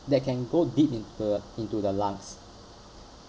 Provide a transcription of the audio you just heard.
that can go deep into the into the lungs